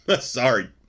Sorry